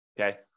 okay